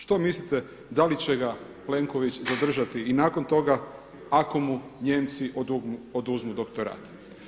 Što mislite da li će ga Plenković zadržati i nakon toga ako mu Nijemci oduzmu doktorat?